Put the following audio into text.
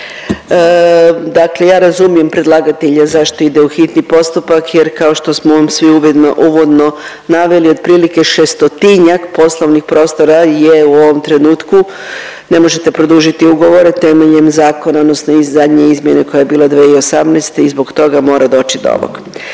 Dakle, ja razumijem predlagatelja zašto ide u hitni postupak jer kao što smo svi uvodno naveli otprilike šestotinjak poslovnih prostora je u ovom trenutku ne možete produžiti ugovore temeljem zakona odnosno zadnje izmjene koja je bila 2018. i zbog toga mora doći do ovog.